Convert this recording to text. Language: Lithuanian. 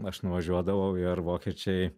aš nuvažiuodavau ir vokiečiai